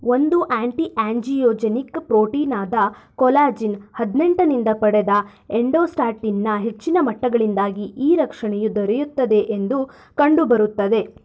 ಒಂದು anti angiogenic protein ಆದ collagen ಹದಿನೆಂಟಿನಿಂದ ಪಡೆದ ಎಂಡೋಸ್ಟಾಟಿನ್ನ ಹೆಚ್ಚಿನ ಮಟ್ಟಗಳಿಂದಾಗಿ ಈ ರಕ್ಷಣೆಯು ದೊರೆಯುತ್ತದೆ ಎಂದು ಕಂಡುಬರುತ್ತದೆ